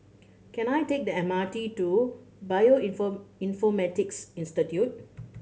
can I take the M R T to Bioinfor informatics Institute